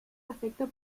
afecto